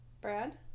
Brad